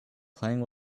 playing